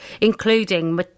including